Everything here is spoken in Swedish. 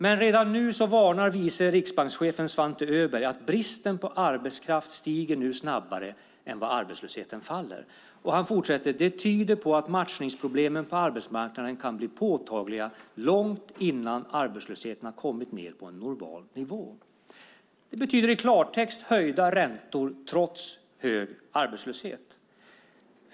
Men redan nu varnar vice riksbankschefen Svante Öberg och säger: Bristen på arbetskraft stiger nu snabbare än vad arbetslösheten faller. Vidare säger han: Det tyder på att matchningsproblemen på arbetsmarknaden kan bli påtagliga långt innan arbetslösheten har kommit ned på en normal nivå. I klartext betyder det höjda räntor trots hög arbetslöshet.